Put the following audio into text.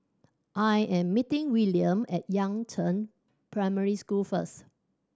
I am meeting Willaim at Yangzheng Primary School first